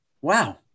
Wow